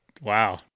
Wow